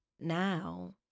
Now